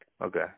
okay